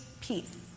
peace